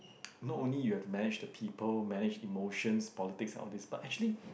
not only you have to manage the people manage emotions politics and all these but actually